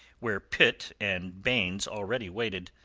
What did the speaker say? where pitt and baynes already waited.